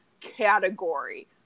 category